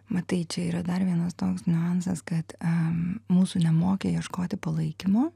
matai čia yra dar vienas toks niuansas kad a mūsų nemokė ieškoti palaikymo